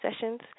sessions